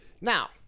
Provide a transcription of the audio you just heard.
Now